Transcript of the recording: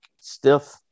stiff